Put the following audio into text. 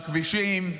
בכבישים.